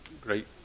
great